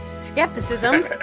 skepticism